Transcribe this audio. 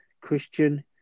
Christian